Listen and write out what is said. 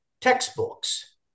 textbooks